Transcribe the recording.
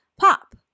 pop